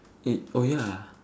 oh ya